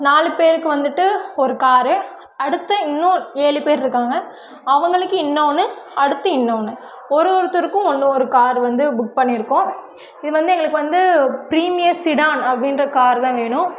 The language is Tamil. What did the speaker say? நாலு பேருக்கு வந்துவிட்டு ஒரு காரு அடுத்து இன்னும் ஏழு பேர் இருக்காங்க அவங்களுக்கு இன்னொன்று அடுத்து இன்னொன்று ஒரு ஒருத்தருக்கும் ஒன்று ஒரு காரு வந்து புக் பண்ணிருக்கோம் இது வந்து எங்களுக்கு வந்து ப்ரீமியர் சிடான் அப்படின்ற காரு தான் வேணும்